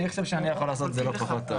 אני חושב שאני יכול לעשות את זה לא פחות טוב.